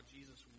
Jesus